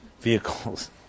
vehicles